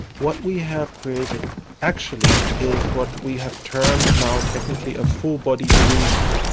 what we have created actually is what we have termed now technically a full body illusion.